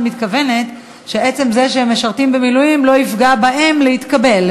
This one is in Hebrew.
מתכוונת שעצם זה שהם משרתים במילואים לא יפגע בהם להתקבל.